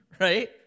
right